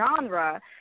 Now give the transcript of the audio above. genre